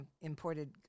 imported